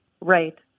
Right